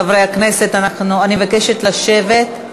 חברי הכנסת, אני מבקשת לשבת.